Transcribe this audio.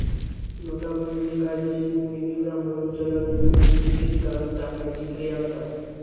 नोटाबंदी हि कायदेशीर निवीदा म्हणून चलन युनिटची स्थिती काढुन टाकण्याची क्रिया असा